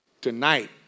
Tonight